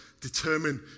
determine